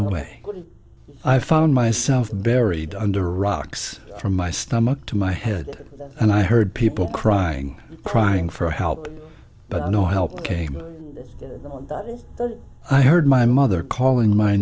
away i found myself buried under rocks from my stomach to my head and i heard people crying crying for help but no help came i heard my mother calling my